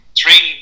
three